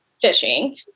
fishing